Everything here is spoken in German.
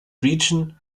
region